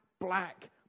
black